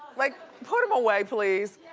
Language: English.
like put him away, please.